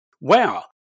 wow